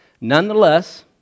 Nonetheless